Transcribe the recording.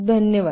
धन्यवाद